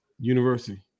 university